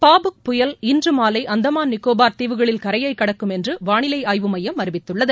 பாபுக் புயல் இன்று மாலை அந்தமான நிக்கோபார் தீவுகளில் கரையை கடக்கும் என்று வானிலை ஆய்வு மையம் அறிவித்துள்ளது